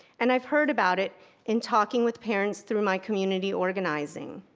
and i've heard about it in talking with parents through my community organizing.